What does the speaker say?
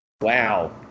Wow